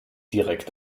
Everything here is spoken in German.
direkt